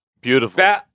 Beautiful